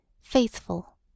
faithful